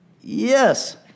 Yes